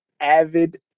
avid